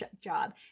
job